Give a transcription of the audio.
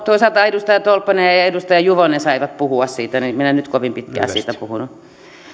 toisaalta edustaja tolppanen ja ja edustaja juvonen saivat puhua siitä minä en nyt kovin pitkään siitä puhunut